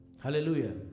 Hallelujah